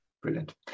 Brilliant